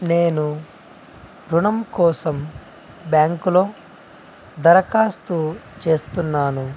నేను ఋణం కోసం బ్యాంకులో దరఖాస్తు చేస్తున్నాను